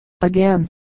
again